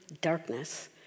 darkness